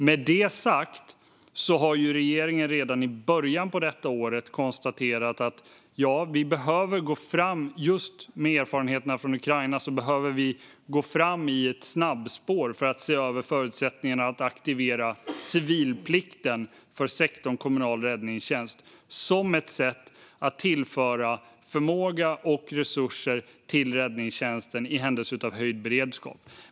Med detta sagt har regeringen redan i början av detta år konstaterat att just med erfarenheten från Ukraina behöver vi gå fram i ett snabbspår för att se över förutsättningarna att aktivera civilplikten för sektorn kommunal räddningstjänst som ett sätt att tillföra förmåga och resurser till räddningstjänsten i händelse av höjd beredskap.